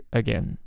again